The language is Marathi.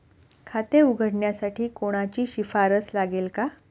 खाते उघडण्यासाठी कोणाची शिफारस लागेल का?